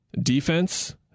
Defense